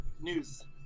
news